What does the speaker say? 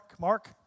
Mark